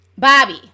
Bobby